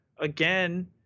again